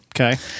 okay